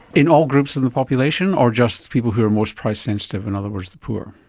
in all groups of the population or just people who are most price sensitive, in other words the poor?